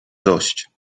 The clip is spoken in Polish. dość